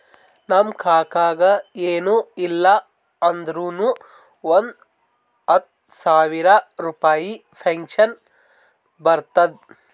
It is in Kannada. ನಮ್ ಕಾಕಾಗ ಎನ್ ಇಲ್ಲ ಅಂದುರ್ನು ಒಂದ್ ಹತ್ತ ಸಾವಿರ ರುಪಾಯಿ ಪೆನ್ಷನ್ ಬರ್ತುದ್